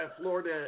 Florida